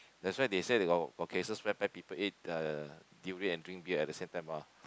that's why they say that got got cases where peo~ people eat the durian and drink beer at the same time lor